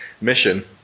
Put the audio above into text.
Mission